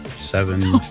Seven